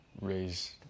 raise